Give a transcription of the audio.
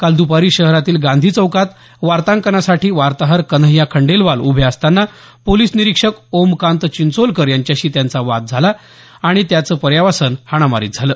काल दपारी शहरातील गांधी चौकात वार्तांकनासाठी वार्ताहर कन्हैय्या खंडेलवाल उभे असतांना पोलीस निरीक्षक ओमकांत चिंचोलकर यांच्याशी त्यांचा वाद झाला आणि त्याचं पर्यवसान हाणामारीत झालं